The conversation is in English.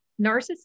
narcissism